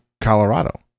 Colorado